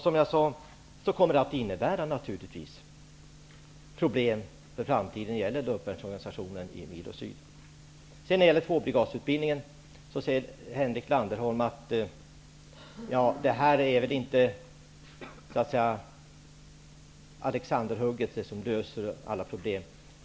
Som jag sade, kommer dagens beslut naturligtvis att innebära problem för framtiden när det gäller luftvärnsorganisationen i Milo Syd. Tvåbrigadsutbildningen är inget alexanderhugg som löser alla problem, säger Henrik Landerholm.